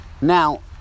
Now